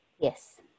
Yes